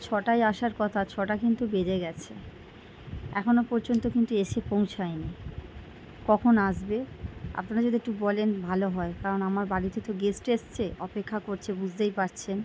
ছটায় আসার কথা ছটা কিন্তু বেজে গেছে এখনো পর্যন্ত কিন্তু এসে পৌঁছায়নি কখন আসবে আপনারা যদি একটু বলেন ভালো হয় কারণ আমার বাড়িতে তো গেস্ট এসেছে অপেক্ষা করছে বুঝতেই পারছেন